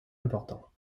importants